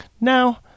Now